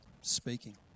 speaking